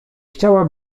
chciała